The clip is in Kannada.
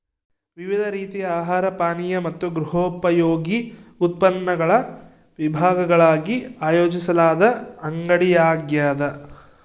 ವಿವಿಧ ರೀತಿಯ ಆಹಾರ ಪಾನೀಯ ಮತ್ತು ಗೃಹೋಪಯೋಗಿ ಉತ್ಪನ್ನಗಳ ವಿಭಾಗಗಳಾಗಿ ಆಯೋಜಿಸಲಾದ ಅಂಗಡಿಯಾಗ್ಯದ